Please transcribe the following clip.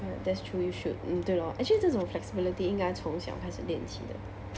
well that's true you should mm 对 lor actually 这种 flexibility 应该从小开始练起的